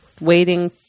waiting